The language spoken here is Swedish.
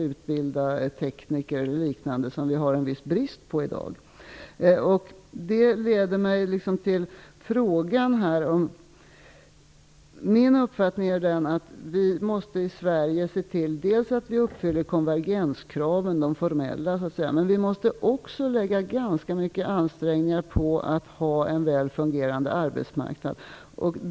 Utbildning är något väldigt modernt när det gäller att lösa problem. Min uppfattning är den att vi i Sverige måste se till att vi uppfyller de formella konvergenskraven, men vi måste också lägga ganska mycket ansträngningar på att få en väl fungerande arbetsmarknad.